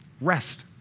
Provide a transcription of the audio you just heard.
Rest